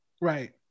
right